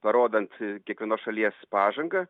parodant kiekvienos šalies pažangą